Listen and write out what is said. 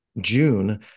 June